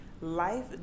life